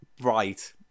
Right